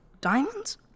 Diamonds